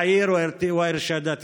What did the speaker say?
לשמור על כל הסטנדרטים והוראות הבריאות.)